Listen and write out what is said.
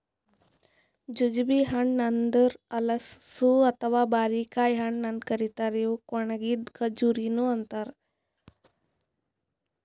jujube ಹಣ್ಣ ಅಂದುರ್ ಹಲಸು ಅಥವಾ ಬಾರಿಕಾಯಿ ಹಣ್ಣ ಅಂತ್ ಕರಿತಾರ್ ಇವುಕ್ ಒಣಗಿದ್ ಖಜುರಿನು ಅಂತಾರ